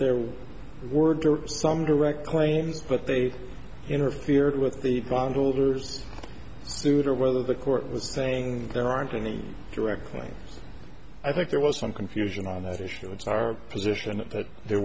there were some direct claims but they interfered with the bondholders sued or whether the court was saying there aren't any directly i think there was some confusion on that issue it's our position that th